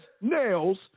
nails